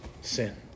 sin